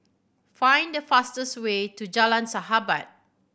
find the fastest way to Jalan Sahabat